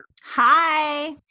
Hi